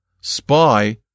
spy